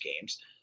games